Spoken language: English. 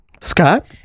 scott